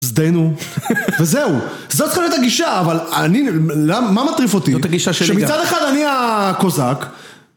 זדיינו, וזהו. זו צריכה להיות הגישה, אבל מה מטריף אותי שמצד אחד אני הקוזאק